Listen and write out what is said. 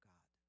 God